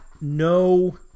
no